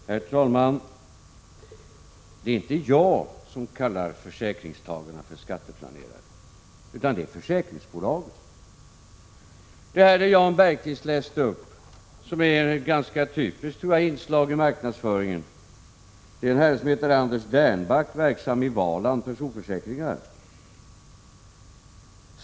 Herr talman! Det är inte jag som kallar försäkringstagarna för skatteplanerare, utan det är försäkringsbolagen. Ta exempelvis det som Jan Bergqvist läste upp. Det tror jag är ett ganska typiskt inslag i marknadsföringen. Det är skrivet av en herre som heter Anders Dernback, verksam i Valand Personförsäkringar.